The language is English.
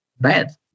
bad